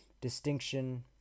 distinction